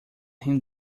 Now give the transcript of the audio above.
him